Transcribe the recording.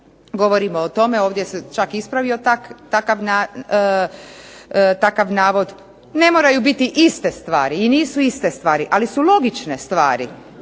upravo i o tome, ovdje se čak ispravio takav navod. Ne moraju biti iste stvari i nisu iste stvari, ali su logične stvari